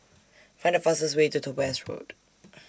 Find The fastest Way to Topaz Road